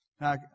Now